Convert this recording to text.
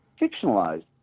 fictionalized